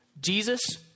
Jesus